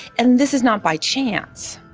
and this is not by chance